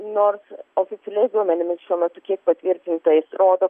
nors oficialiais duomenimis šiuo metu kiek patvirtinais rodo